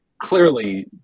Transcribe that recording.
clearly